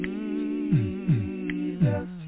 Jesus